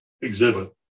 exhibit